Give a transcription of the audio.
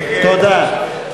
תודה.